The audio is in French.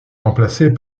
remplacées